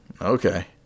okay